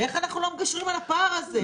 אז איך אנחנו לא מגשרים על הפער הזה?